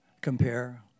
compare